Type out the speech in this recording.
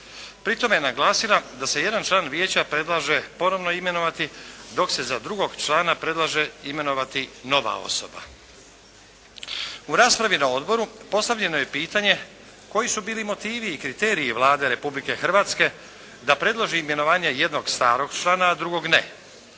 Pri tome je naglasila da se jedan član Vijeća predlaže ponovo imenovati, dok se za drugog člana predlaže imenovati nova osoba. U raspravi na odboru postavljeno je pitanje koji su bili motivi i kriteriji Vlade Republike Hrvatske da predloži imenovanje jednog starog člana a drugog ne.